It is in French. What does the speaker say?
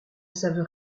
savent